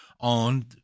on